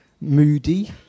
moody